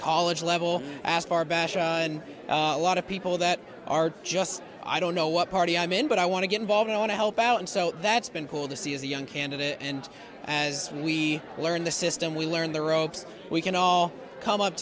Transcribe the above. college level asked barbash on a lot of people that are just i don't know what party i'm in but i want to get involved i want to help out and so that's been cool to see as a young candidate and as we learn the system we learn the ropes we can all come up